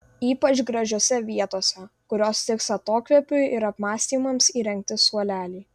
ypač gražiose vietose kurios tiks atokvėpiui ir apmąstymams įrengti suoleliai